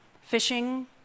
fishing